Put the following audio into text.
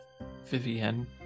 Vivienne